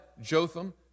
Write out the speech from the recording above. Jotham